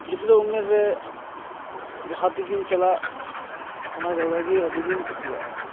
ᱜᱤᱫᱽᱨᱟᱹ ᱩᱢᱮᱨ ᱨᱮ ᱡᱟᱦᱟᱸ ᱛᱮᱜᱮᱢ ᱪᱟᱞᱟᱜ ᱚᱱᱟ ᱡᱟᱭᱜᱟᱜᱮ ᱟᱹᱰᱤ ᱜᱮᱢ ᱠᱩᱥᱤᱭᱟᱜᱼᱟ